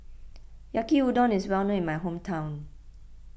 Yaki Udon is well known in my hometown